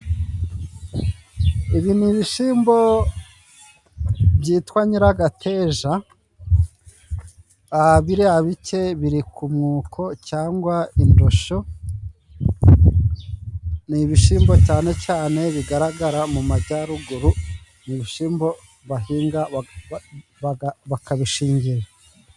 Ibi ni ibishimbo byitwa nyiragateja, biriya bike biri ku mwuko cyangwa indosho, ni ibishimbo cyane cyane bigaragara mu majyaruguru, ni ibishimbo bahinga bakabishingirira.